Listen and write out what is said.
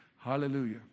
hallelujah